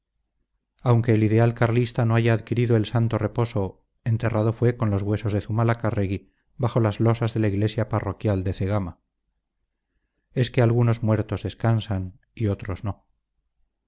aunque el ideal carlista no haya adquirido el santo reposo enterrado fue con los huesos de zumalacárregui bajo las losas de la iglesia parroquial de cegama es que algunos muertos descansan y otros no